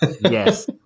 Yes